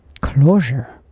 closure